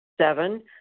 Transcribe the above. Seven